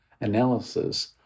analysis